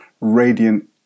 radiant